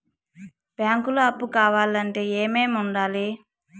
బ్యాంకులో అప్పు కావాలంటే ఏమేమి ఉండాలి?